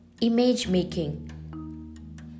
Image-making